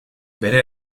bere